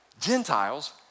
Gentiles